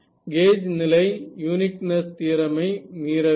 gauge நிலை uniqueness theorem ஐ மீற வில்லை